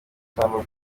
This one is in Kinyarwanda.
itangwa